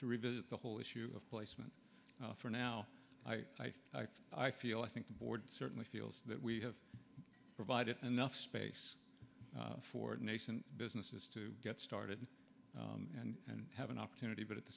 to revisit the whole issue of placement for now i i feel i think the board certainly feels that we have provided enough space for the nation businesses to get started and have an opportunity but at the